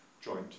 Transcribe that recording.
Joint